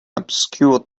obscure